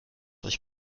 euch